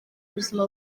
buzima